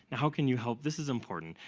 how can you help? this is important.